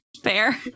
fair